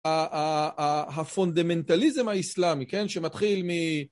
הפונדמנטליזם האסלאמי, כן? שמתחיל מ